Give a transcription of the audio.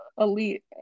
elite